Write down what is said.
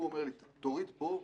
הוא אומר לי 'תוריד פה,